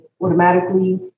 automatically